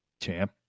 Champ